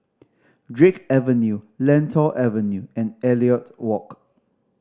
Drake Avenue Lentor Avenue and Elliot Walk